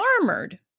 armored